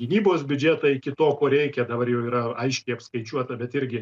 gynybos biudžetą iki to ko reikia dabar jau yra aiškiai apskaičiuota bet irgi